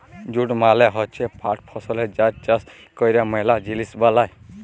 jute মালে হচ্যে পাট ফসল যার চাষ ক্যরে ম্যালা জিলিস বালাই